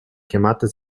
chiamate